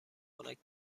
خنک